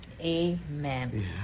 Amen